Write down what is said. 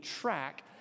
track